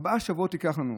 ארבעה שבועות ייקח לנו.